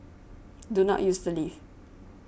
do not use the lift